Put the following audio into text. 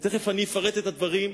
ותיכף אני אפרט את הדברים,